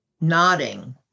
nodding